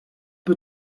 peu